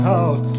out